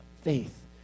faith